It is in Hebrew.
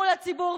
מול הציבור,